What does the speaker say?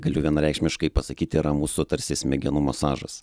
galiu vienareikšmiškai pasakyt yra mūsų tarsi smegenų masažas